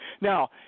Now